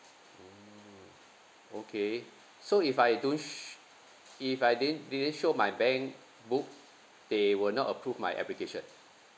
mmhmm okay so if I don't sh~ if I didn't didn't show my bank book they will not approve my application